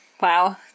Wow